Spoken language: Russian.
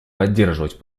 поддерживать